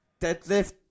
Deadlift